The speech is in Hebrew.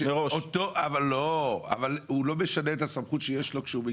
אבל הוא לא משנה את הסמכות שיש לו.